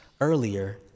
earlier